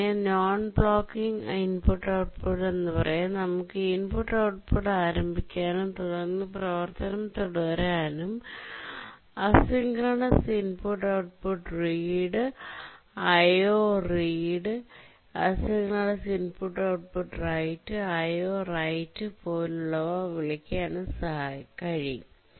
അതിനെ non blocking IO എന്ന് പറയാം നമുക്ക് IO ആരംഭിക്കാനും തുടർന്ന് പ്രവർത്തനം തുടരാനും അസിൻക്രണസ് IO റീഡ്asynchronous IO read അയോറെഡ് aioread അസിൻക്രണസ് IO റൈറ്റ്asynchronous IO write അയോ റൈറ്റ് aio−writeപോലുള്ളവ വിളിക്കാനും കഴിയും